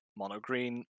Monogreen